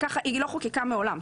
היא לא חוקקה מעולם.